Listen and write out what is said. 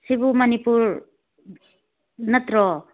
ꯁꯤꯕꯨ ꯃꯅꯤꯄꯨꯔ ꯅꯠꯇ꯭ꯔꯣ